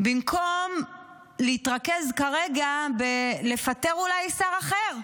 במקום להתרכז כרגע בלפטר, אולי, שר אחר.